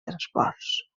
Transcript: transports